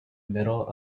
middle